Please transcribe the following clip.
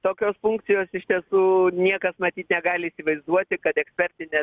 tokios funkcijos iš tiesų niekas matyt negali įsivaizduoti kad ekspertinė